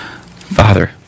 Father